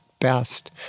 best